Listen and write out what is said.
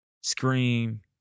scream